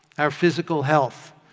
our physical health.